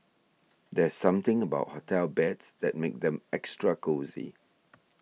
there's something about hotel beds that makes them extra cosy